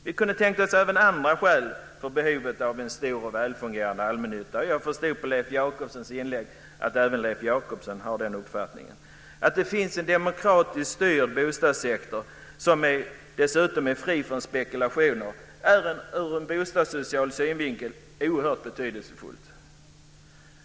Vi kan tänka oss att det finns andra skäl för en behovet av en stor och väl fungerande allmännytta, och jag förstod av Leif Jakobssons inlägg att även han är av den uppfattningen. Att det finns en demokratiskt styrd bostadssektor som dessutom är fri från spekulationer är ur en bostadssocial synvinkel oerhört betydelsefullt.